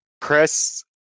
Chris